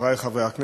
חברי חברי הכנסת,